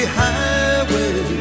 highway